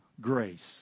Grace